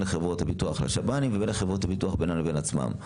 חברות הביטוח לשב"נים ובין חברות הביטוח בינן לבין עצמן.